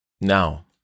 Now